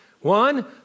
One